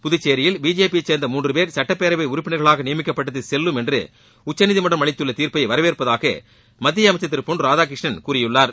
புதுச்சேரியில் பிஜேபி யை சேர்ந்த மூன்று பேர் சட்டப்பேரவை உறுப்பினர்களாக நியமிக்கப்பட்டது செல்லும் என்று உச்சநீதிமன்றம் அளித்துள்ள தீர்ப்பை வரவேற்பதாக மத்திய அமைச்சர் திரு பொன் ராதாகிருஷ்ணன் கூறியுள்ளார்